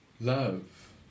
love